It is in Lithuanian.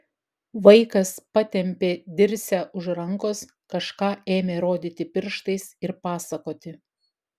vaikas patempė dirsę už rankos kažką ėmė rodyti pirštais ir pasakoti